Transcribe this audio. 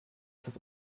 das